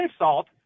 insult